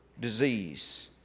disease